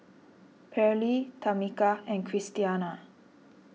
Pairlee Tamika and Christiana